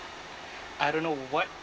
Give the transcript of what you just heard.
I don't know what